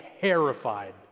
terrified